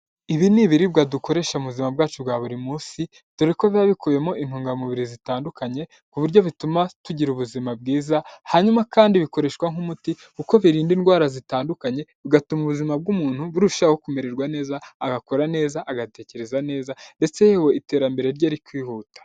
Ibi ni ibibiribwa dukoresha mu buzima bwacu bwa buri munsi dore ko biba bikubiyemo intungamubiri zitandukanye ku buryo bituma tugira ubuzima bwiza, hanyuma kandi bikoreshwa nk'umuti kuko birinda indwara zitandukanye bigatuma ubuzima bw'umuntu burushaho kumererwa neza, agakora neza, agatekereza neza ndetse yewe iterambere rye rikihuta.